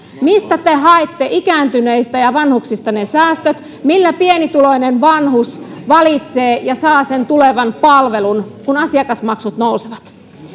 mistä te haette ikääntyneistä ja vanhuksista ne säästöt millä pienituloinen vanhus valitsee ja saa sen tulevan palvelun kun asiakasmaksut nousevat